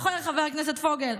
זוכר, חבר הכנסת פוגל?